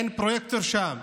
אין פרויקטור שם,